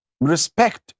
respect